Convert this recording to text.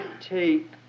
take